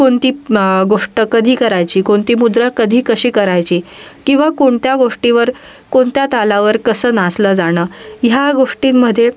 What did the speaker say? कोणती गोष्ट कधी करायची कोणती मुद्रा कधी कशी करायची किंवा कोणत्या गोष्टीवर कोणत्या तालावर कसं नाचलं जाणं ह्या गोष्टींमध्ये